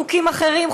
חוקים אחרים,